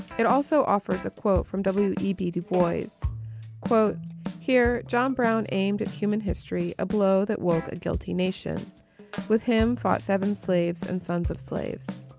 it also offers a quote from w e b. dubois here john brown aimed at human history, a blow that woke a guilty nation with him fought seven slaves and sons of slaves.